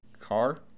car